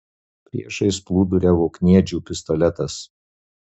priešais plūduriavo kniedžių pistoletas